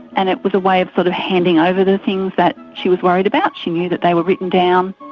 and that was a way of sort of handing over the things that she was worried about. she knew that they were written down,